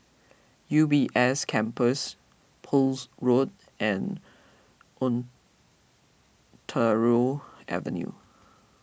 U B S Campus Poole Road and Ontario Avenue